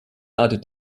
art